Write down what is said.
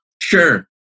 sure